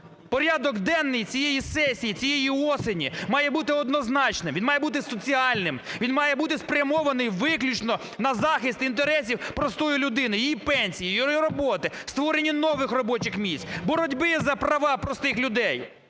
Порядок денний цієї сесії цієї осені має бути однозначним, він має бути соціальним, він має бути спрямований виключно на захист інтересів простої людини, її пенсії, її роботи, створення нових робочих місць, боротьби за права простих людей.